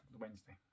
Wednesday